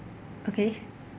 okay I